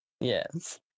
Yes